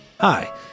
Hi